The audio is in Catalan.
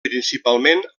principalment